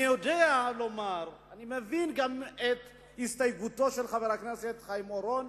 אני גם מבין את הסתייגותו של חבר הכנסת חיים אורון.